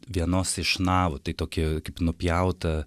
vienos iš navu tai tokį kaip nupjautą